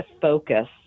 focus